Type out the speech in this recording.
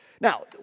Now